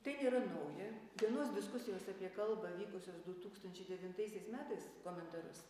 tai yra nauja vienos diskusijos apie kalbą vykusios du tūkstančiai devintaisiais metais komentarus